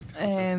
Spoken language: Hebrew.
האוצר.